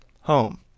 Home